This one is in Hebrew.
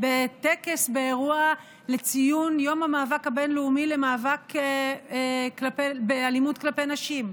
בטקס באירוע לציון יום המאבק הבין-לאומי באלימות כלפי נשים.